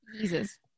Jesus